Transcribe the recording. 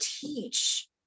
teach